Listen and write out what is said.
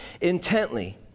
intently